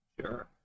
Sure